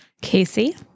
Casey